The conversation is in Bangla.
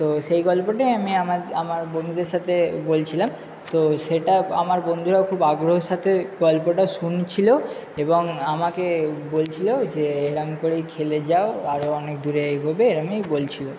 তো সেই গল্পটাই আমি আমার আমার বন্ধুদের সাথে বলছিলাম তো সেটা আমার বন্ধুরাও খুব আগ্রহের সাথে গল্পটা শুনছিল এবং আমাকে বলছিল যে এরকম করেই খেলে যাও আরও অনেক দূরে এগোবে এরকমই বলছিল